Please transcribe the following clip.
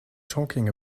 talking